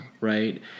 right